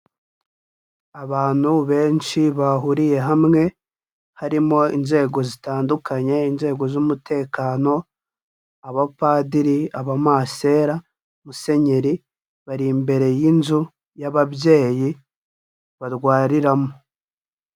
Abantu benshi bahuriye hamwe, harimo inzego zitandukanye, inzego z'umutekano, abapadiri, abamasera, musenyeri, bari imbere y'inzu y'ababyeyi barwariramo.